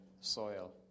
soil